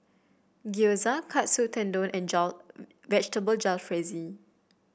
Gyoza Katsu Tendon and Vegetable Jalfrezi